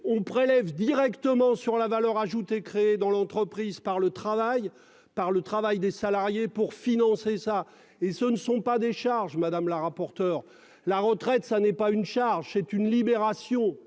on prélève directement sur la valeur ajoutée créée dans l'entreprise par le travail par le travail des salariés pour financer ça. Et ce ne sont pas des charges madame la rapporteure. La retraite, ça n'est pas une charge, c'est une libération